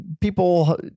people